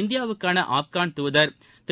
இந்தியாவுக்கான ஆப்கன் தூதர் திரு